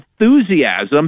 enthusiasm